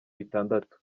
bitandatu